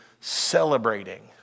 celebrating